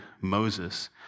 Moses